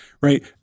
Right